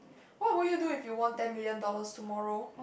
what would you do if you won ten million dollars tomorrow